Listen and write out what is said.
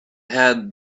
had